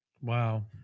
Wow